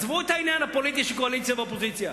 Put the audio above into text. עזבו את העניין הפוליטי של קואליציה ואופוזיציה.